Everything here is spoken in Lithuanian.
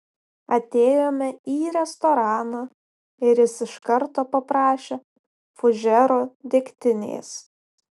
atėjome į restoraną ir jis iš karto paprašė fužero degtinės